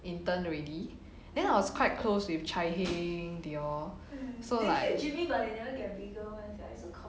intern already then I was quite close with chye heng they all so like